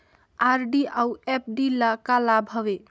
RD अऊ FD ल का लाभ हवे?